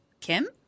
Kim